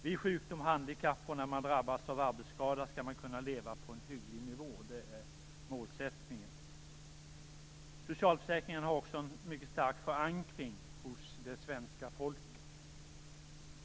Vid sjukdom och handikapp, och när man drabbas av arbetsskada, skall man kunna leva på en hygglig nivå. Det är målsättningen. Socialförsäkringarna har också en mycket stark förankring hos det svenska folket.